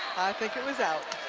think it was out.